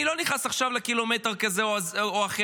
אני לא נכנס עכשיו לקילומטר כזה או אחר,